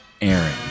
Aaron